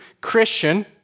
Christian